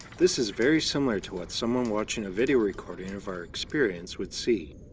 this is very similar to what someone watching a video recording of our experience would see.